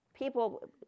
People